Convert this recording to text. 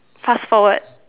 fast forward